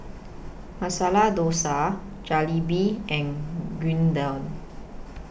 Masala Dosa Jalebi and Gyudon